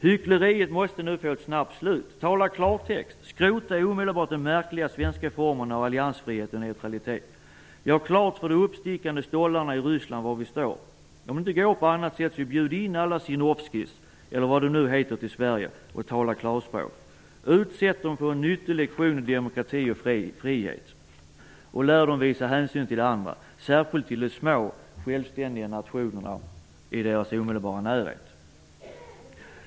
Hyckleriet måste nu få ett snabbt slut. Tala klartext! Skrota omedelbart den märkliga svenska formen av alliansfrihet och netralitet! Gör klart för de uppstickande stollarna i Ryssland var vi står! Om det inte går på annat sätt, så bjud in alla Zjirinovskijs anhängare eller vilka de nu är till Sverige och tala klarspråk! Utsätt dem för en nyttig lektion i demokrati och frihet och lär dem visa hänsyn till andra, särskilt till de små självständiga nationerna i deras omedelbara närhet.